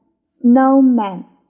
snowman